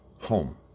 home